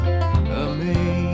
Amazing